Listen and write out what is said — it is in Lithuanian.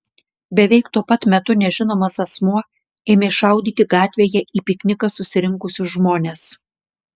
beveik tuo pat metu nežinomas asmuo ėmė šaudyti gatvėje į pikniką susirinkusius žmones